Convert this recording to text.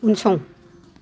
उनसं